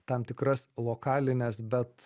tam tikras lokalines bet